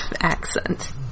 accent